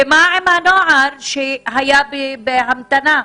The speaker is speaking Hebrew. ומה עם הנוער שהיה בהמתנה,